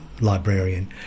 librarian